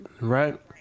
right